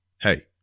Hey